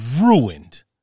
ruined